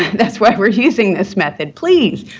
that's why we're using this method, please,